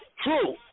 true